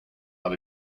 out